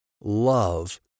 love